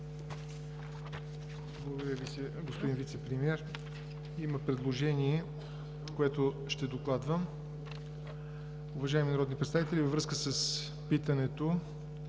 Благодаря Ви, господин Вицепремиер. Има предложение, което ще докладвам. Уважаеми народни представители, във връзка с питането,